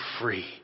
free